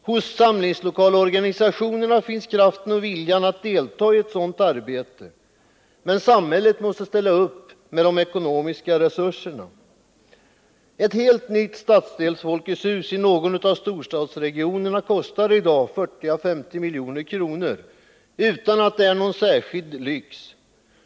Hos samlingslokalsorganisationerna finns kraften och viljan att delta i ett sådant arbete. Men samhället måste ställa upp med de ekonomiska resurserna. Ett helt nytt stadsdelsfolketshus i någon av storstadsregionerna kostar i dag 40-50 milj.kr. utan någon särskild lyx.